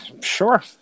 Sure